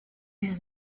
his